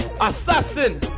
assassin